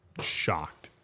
shocked